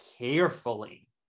carefully